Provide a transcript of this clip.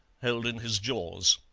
held in his jaws.